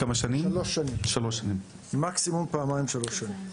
3 שנים, מקסימום פעמיים 3 שנים.